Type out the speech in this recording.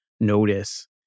notice